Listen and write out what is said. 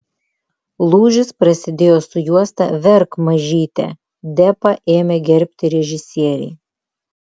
lūžis prasidėjo su juosta verk mažyte depą ėmė gerbti režisieriai